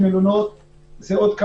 מחר יהיו עוד שני מלונות,